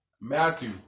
Matthew